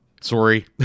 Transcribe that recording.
sorry